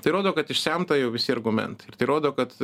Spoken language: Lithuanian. tai rodo kad išsemta jau visi argumentai ir tai rodo kad